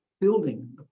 building